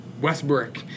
Westbrook